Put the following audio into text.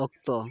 ᱚᱠᱛᱚ